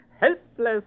helpless